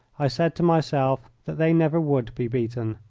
i said to myself that they never would be beaten.